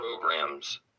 programs